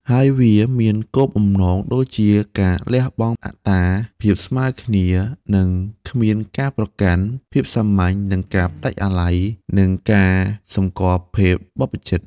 ហើយវាមានគោលបំណងដូចជា ការលះបង់អត្តា ភាពស្មើគ្នា និងគ្មានការប្រកាន់ ភាពសាមញ្ញ និងការផ្តាច់អាល័យ និងការសម្គាល់ភេទបព្វជិត។